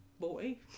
boy